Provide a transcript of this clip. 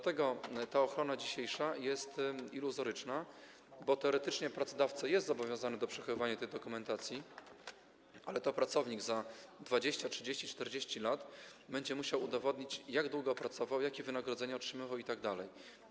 Ta dzisiejsza ochrona jest iluzoryczna, bo teoretycznie pracodawca jest zobowiązany do przechowywania tej dokumentacji, ale to pracownik za 20, 30, 40 lat będzie musiał udowodnić, jak długo pracował, jakie wynagrodzenie otrzymywał itd.